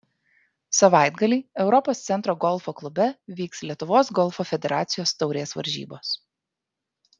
savaitgalį europos centro golfo klube vyks lietuvos golfo federacijos taurės varžybos